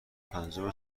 پنجم